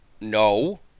no